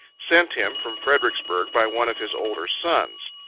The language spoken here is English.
sent him from fredericksburg by one of his older sons.